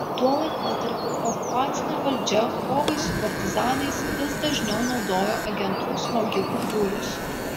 tuo laikotarpiu okupacinė valdžia kovai su partizanais vis dažniau naudojo agentų smogikų būrius